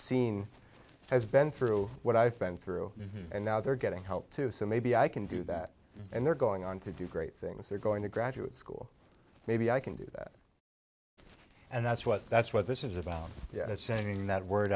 seen has been through what i've been through and now they're getting help too so maybe i can do that and they're going on to do great things they're going to graduate school maybe i can do that and that's what that's what this is about sending that word